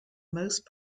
most